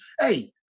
hey